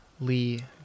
Lee